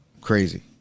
Crazy